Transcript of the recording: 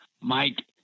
Mike